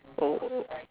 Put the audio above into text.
oh